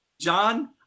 John